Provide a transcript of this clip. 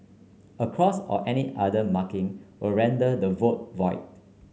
a cross or any other marking will render the vote void